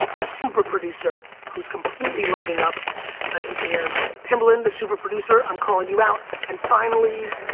the super producer, who's completely lighting up instagram. timbaland, the super producer, i'm calling you out. and finally,